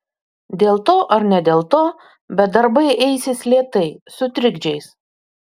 dėl to ar ne dėl to bet darbai eisis lėtai su trikdžiais